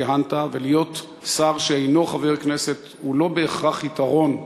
ולהיות שר שאינו חבר הכנסת זה לא בהכרח יתרון,